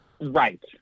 Right